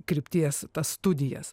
krypties studijas